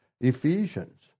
Ephesians